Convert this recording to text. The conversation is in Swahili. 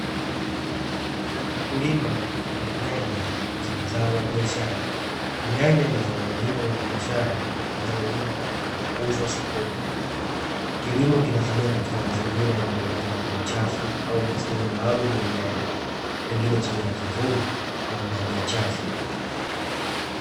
Mkulima akivuna nyanya ambazo ni zao la biashara, nyanya ni zao muhimu la biashara linalolimwa kwa ajili ya kuuzwa sokoni, kilimo kinafanyika katika mazingira yanayoonekana kuwa chafu au bustani maalumu ya nyanya pengine chini ya kivuli au ndani ya chafu.